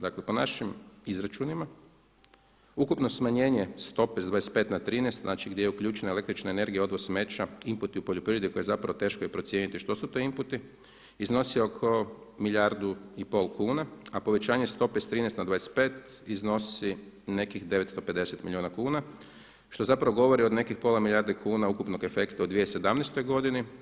Dakle, po našim izračunima ukupno smanjenje stope sa 25 na 13, znači gdje je uključena električna energija, odvoz smeća, inputi u poljoprivredi koji zapravo teško je procijeniti što su to inputi iznosi oko milijardu i pol kuna, a povećanje stope s 13 na 25 iznosi nekih 950 milijuna kuna što zapravo govori o nekih pola milijarde kuna ukupnog efekta u 2017. godini.